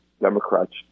Democrats